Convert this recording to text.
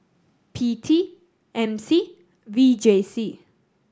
P T M C and V J C